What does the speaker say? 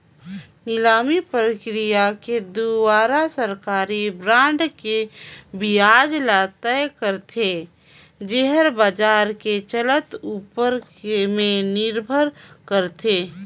निलामी प्रकिया के दुवारा सरकारी बांड के बियाज ल तय करथे, येहर बाजार के चलत ऊपर में निरभर करथे